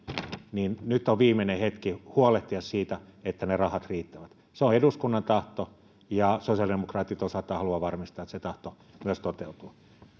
ja nyt on viimeinen hetki huolehtia siitä että ne rahat riittävät se on eduskunnan tahto ja sosiaalidemokraatit osaltaan haluavat varmistaa että se tahto myös toteutuu